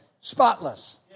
spotless